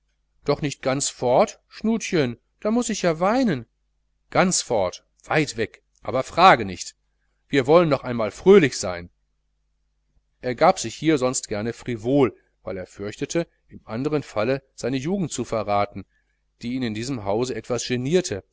doch nich ganz fort schnutchen dann muß ich ja weinen ganz fort weit weg aber frage nicht wir wollen noch einmal fröhlich sein er gab sich hier sonst gerne frivol weil er fürchtete im andern falle seine jugend zu verraten die ihn in diesem hause immer etwas genierte